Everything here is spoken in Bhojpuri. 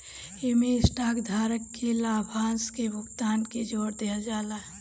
इमें स्टॉक धारक के लाभांश के भुगतान पे जोर देहल जाला